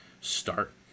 start